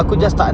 bro